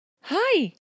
Hi